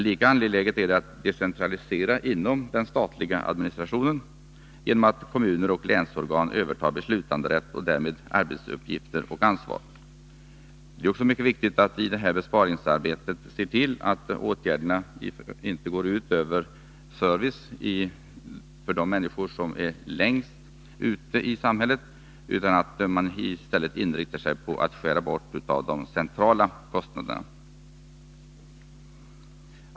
Lika angeläget är det att decentralisera inom den statliga administrationen genom att kommuner och länsorgan övertar beslutanderätt och därmed arbetsuppgifter och ansvar. Det är också mycket viktigt att vi i det här besparingsarbetet ser till att åtgärderna inte går ut över service för de människor som är längst ute i samhället, utan att man inriktar sig på att skära bort av de centrala kostnaderna.